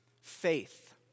faith